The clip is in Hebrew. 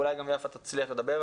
אולי גם יפה תצליח לדבר,